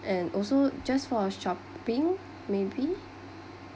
and also just for a shopping maybe